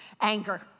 Anger